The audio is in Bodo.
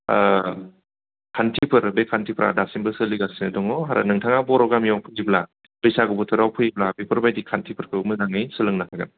खान्थिफोर बे खान्थिफोरा दासिमबो सोलिगासिनो दङ आरो नोंथाङा बर' गामियाव फैयोब्ला बैसागु बोथोराव फैयोब्ला बेफोरबायदि खान्थिफोरखौ मोजाङै सोलोंनो हागोन